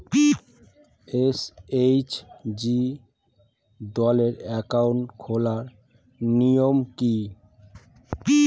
SHG দলের account খোলার নিয়ম কী?